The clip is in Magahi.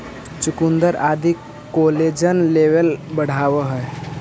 चुकुन्दर आदि कोलेजन लेवल बढ़ावऽ हई